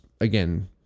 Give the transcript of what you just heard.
again